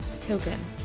token